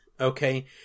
Okay